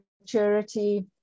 maturity